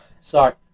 Sorry